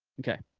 okay.